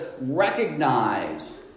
recognize